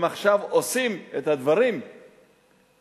הם עכשיו עושים את הדברים לאתיופים.